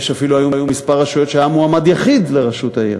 ואפילו היו כמה רשויות שהיה בהן מועמד יחיד לראשות העיר,